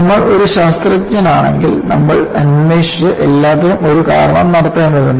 നമ്മൾ ഒരു ശാസ്ത്രജ്ഞനാണെങ്കിൽ നമ്മൾ അന്വേഷിച്ച് എല്ലാത്തിനും ഒരു കാരണം കണ്ടെത്തേണ്ടതുണ്ട്